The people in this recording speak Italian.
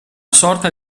sorta